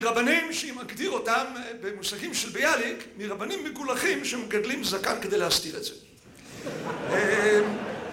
רבנים שמגדיר אותם, במושגים של ביאליק, מרבנים מגולחים שמגדלים זקן כדי להסתיר את זה